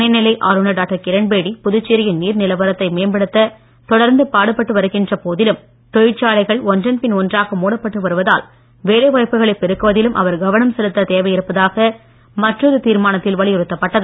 துணைநிலை ஆளுநர் டாக்டர் கிரண்பேடி புதுச்சேரியின் நீர் நிலவரத்தை மேம்படுத்த தொடர்ந்து பாடுபட்டு வருகின்ற போதிலும் தொழிற்சாலைகள் ஒன்றன் பின் ஒன்றாக மூடப்பட்டு வருவதால் வேலை வாய்ப்புகளை பெருக்குவதிலும் அவர் கவனம் செலுத்த தேவையிருப்பதாக மற்றொரு தீர்மானத்தில் வலியுறுத்தப்பட்டது